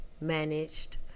Managed